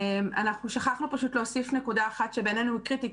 אנחנו שכחנו פשוט להוסיף נקודה אחת שבעינינו היא קריטית,